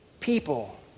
People